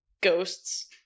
ghosts